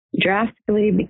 drastically